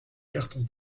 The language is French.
carton